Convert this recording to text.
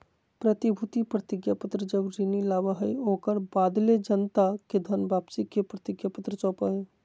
प्रतिभूति प्रतिज्ञापत्र जब ऋण लाबा हइ, ओकरा बदले जनता के धन वापसी के प्रतिज्ञापत्र सौपा हइ